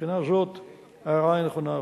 מבחינה זאת ההערה היא נכונה.